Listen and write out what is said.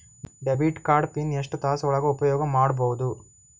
Debit card PIN ಎಷ್ಟ ತಾಸ ಒಳಗ ಉಪಯೋಗ ಮಾಡ್ಬಹುದು?